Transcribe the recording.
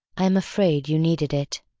i am afraid you needed it.